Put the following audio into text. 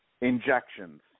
Injections